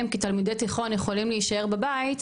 כי תלמידי תיכון יכולים להישאר בבית,